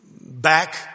Back